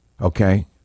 okay